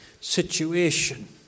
situation